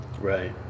Right